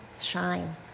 shine